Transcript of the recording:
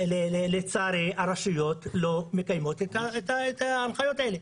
לצערי, הרשויות לא מקיימות את ההנחיות האלה.